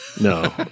No